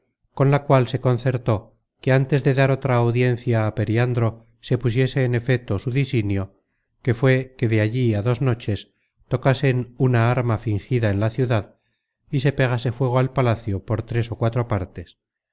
con la cual se concertó que antes de dar otra audiencia á periandro se pusiese en efeto su disinio que fué que de allí á dos noches tocasen una arma fingida en la ciudad y se pegase fuego al palacio por tres ó cuatro partes